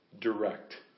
direct